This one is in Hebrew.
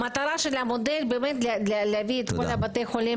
המטרה של המודל היא להביא את כל בתי החולים